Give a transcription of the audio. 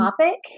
topic